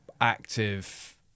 active